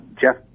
Jeff